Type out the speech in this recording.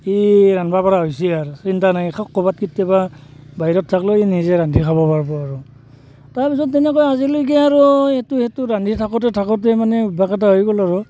ই ৰান্ধিব পৰা হৈছে আৰু চিন্তা নাই ক'ৰবাত কেতিয়াবা বাহিৰত থাকিলেও সি নিজে ৰান্ধি খাব পাৰিব আৰু তাৰপিছত তেনেকৈ আজিলৈকে আৰু এইটো সেইটো ৰান্ধি থাকোঁতে থাকোঁতে মানে অভ্যাস এটা হৈ গ'ল আৰু